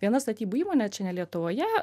viena statybų įmonė čia ne lietuvoje